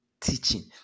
teaching